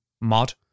mod